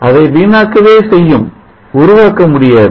அதை வீணாக்கவே செய்யும் உருவாக்க முடியாது